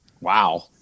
Wow